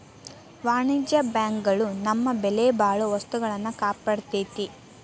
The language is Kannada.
ವಾಣಿಜ್ಯ ಬ್ಯಾಂಕ್ ಗಳು ನಮ್ಮ ಬೆಲೆಬಾಳೊ ವಸ್ತುಗಳ್ನ ಕಾಪಾಡ್ತೆತಿ